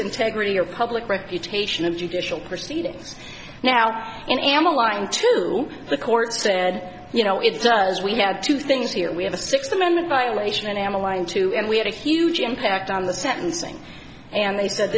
integrity or public reputation of judicial proceedings now in amma lying to the courts said you know it's does we have two things here we have a sixth amendment violation emmeline two and we had a huge impact on the sentencing and they said